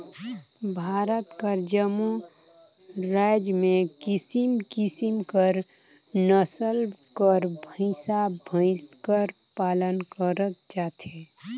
भारत कर जम्मो राएज में किसिम किसिम कर नसल कर भंइसा भंइस कर पालन करल जाथे